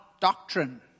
doctrine